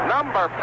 Number